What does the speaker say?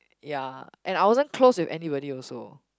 ya and I wasn't close with anybody also